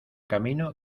camino